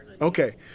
Okay